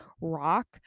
rock